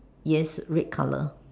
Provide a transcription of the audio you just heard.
yes red colour